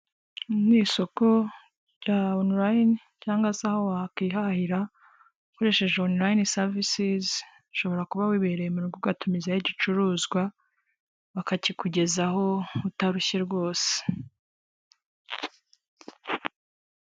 Iri ni isoko rya onurayini cyangwa se aho wakwihahira, ukoresheje onurayini savisizi, ushobora kuba wibereye mu rugo ugatumizaho igicuruzwa, bakakikugezaho utarushye rwose.